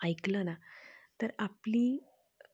ऐकलं ना तर आपली